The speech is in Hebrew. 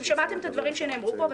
שמעתם את הדברים שנאמרו פה,